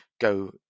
go